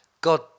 God